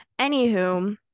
anywho